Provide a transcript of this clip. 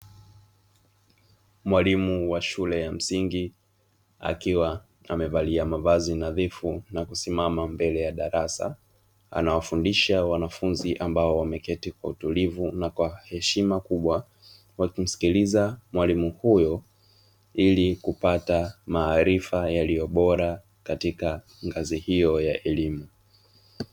Mwalimu wa shule ya msingi akiwa amevalia mavazi nadhifu na kusimama mbele ya darasa, anawafundisha wanafunzi ambao wameketi kwa utulivu na kwa heshima kubwa, wakimsikiliza mwalimu huyo ili kupata maarifa yaliyo boa katika ngazi hiyo ya elimu.